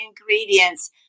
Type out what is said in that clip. ingredients